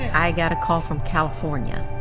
i got a call from california.